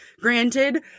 granted